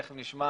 תיכף נשמע